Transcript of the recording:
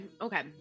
okay